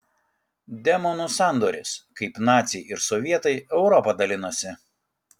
demonų sandoris kaip naciai ir sovietai europą dalinosi